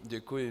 Děkuji.